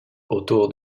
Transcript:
autour